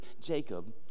Jacob